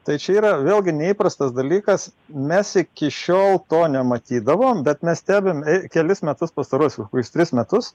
tai čia yra vėlgi neįprastas dalykas mes iki šiol to nematydavom bet mes stebim kelis metus pastaruosius tris metus